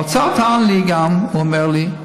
האוצר טען גם, הוא אומר לי: